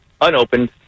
unopened